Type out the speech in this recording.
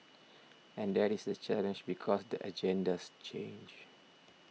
and that is the challenge because the agendas change